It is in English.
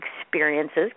experiences